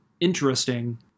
interesting